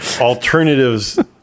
alternatives